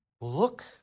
Look